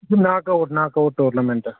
ناک out knock out tournament